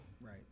Right